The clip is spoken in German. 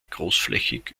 großflächig